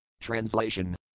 Translation